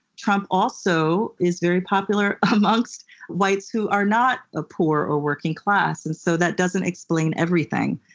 trump also is very popular amongst whites who are not a poor or working class, and so that doesn't explain everything.